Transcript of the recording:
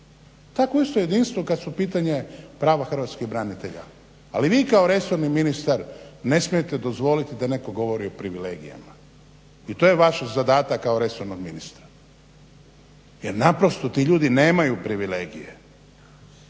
Takvo isto jedinstvo kad su u pitanju prava hrvatskih branitelja ali vi kao resorni ministar ne smijete dozvoliti da netko govori o privilegijama i to je vaš zadatak kao resornog ministra jer naprosto ti ljudi nemaju privilegije.